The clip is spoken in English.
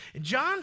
John